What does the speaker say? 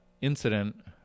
incident